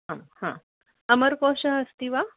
आं हा अमरकोशः अस्ति वा